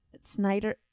Snyder